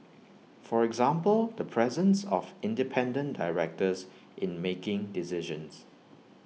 for example the presence of independent directors in making decisions